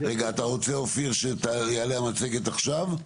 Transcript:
רגע, אתה רוצה אופיר שתעלה המצגת עכשיו?